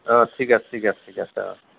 ঠিক আছে ঠিক আছে ঠিক আছে